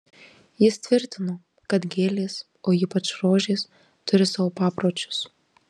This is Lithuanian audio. jis tvirtino kad gėlės o ypač rožės turi savo papročius